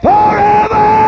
Forever